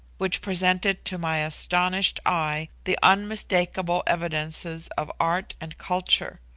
which presented to my astonished eye the unmistakeable evidences of art and culture.